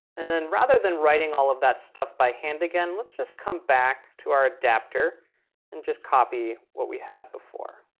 and then rather than writing all of that stuff by hand again, let's just come back to our adapter and just copy what we had before.